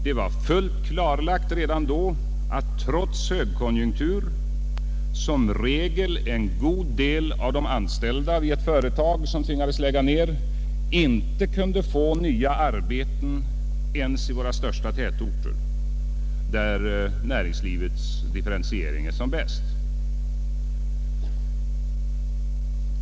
Det var fullt klarlagt att en god del av de anställda vid ett företag som tvingades lägga ner trots högkonjunktur som regel inte kunde få nya arbeten ens i våra största tätorter, där näringslivets differentiering är som bäst.